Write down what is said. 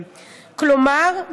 כלומר,